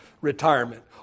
retirement